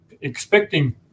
expecting